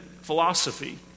philosophy